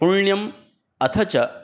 पुण्यम् अथ च